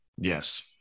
Yes